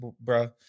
bro